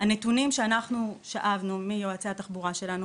הנתונים שאנחנו שאבנו מיועצי התחבורה שלנו,